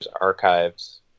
archives